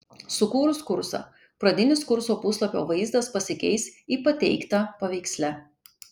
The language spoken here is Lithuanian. sukūrus kursą pradinis kurso puslapio vaizdas pasikeis į pateiktą paveiksle